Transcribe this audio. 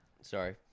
Sorry